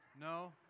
No